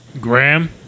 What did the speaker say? Graham